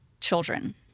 children